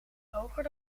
hoger